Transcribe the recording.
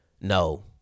no